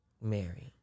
Mary